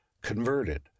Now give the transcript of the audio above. converted